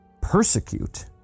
Persecute